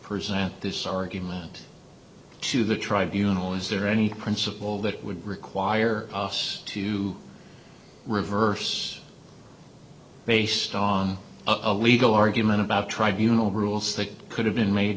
present this argument to the tribunals is there any principle that would require us to reverse based on a legal argument about tribunals rules that could have been made